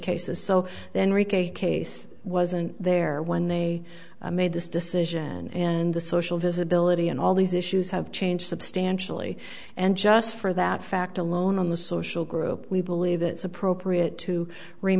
cases so then case wasn't there when they made this decision and the social visibility and all these issues have changed substantially and just for that fact alone on the social group we believe it's appropriate to re